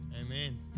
Amen